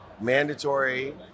mandatory